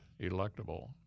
electable